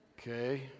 Okay